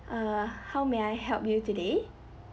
uh how may I help you today